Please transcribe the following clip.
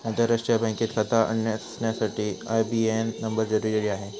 आंतरराष्ट्रीय बँकेत खाता असण्यासाठी आई.बी.ए.एन नंबर जरुरी आहे